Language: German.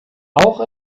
auch